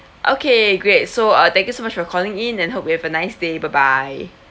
okay great so uh thank you so much for calling in and hope you have a nice day bye bye